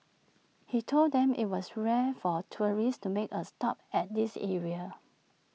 he told them IT was rare for tourists to make A stop at this area